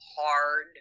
hard